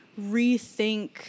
rethink